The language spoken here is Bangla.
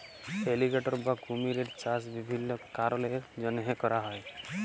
এলিগ্যাটর বা কুমিরের চাষ বিভিল্ল্য কারলের জ্যনহে ক্যরা হ্যয়